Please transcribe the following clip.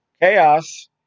Chaos